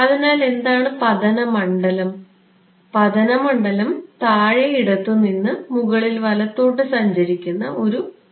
അതിനാൽ എന്താണ് പതന മണ്ഡലം പതന മണ്ഡലം താഴെ ഇടത്തുനിന്ന് മുകളിൽ വലത്തോട്ട് സഞ്ചരിക്കുന്ന ഒരു തരംഗമാണ്